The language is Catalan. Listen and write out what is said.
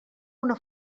una